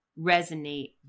resonate